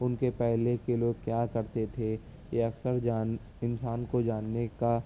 ان کے پہلے کے لوگ کیا کرتے تھے یہ اکثر جان انسان کو جاننے کا